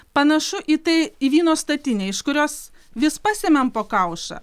panašu į tai į vyno statinę iš kurios vis pasemiam po kaušą